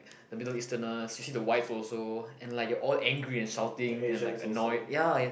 the Middle Easterners you see the wives also and like you're all angry and shouting and like annoyed ya